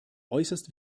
äußerst